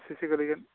बेसेसो गोलैगोन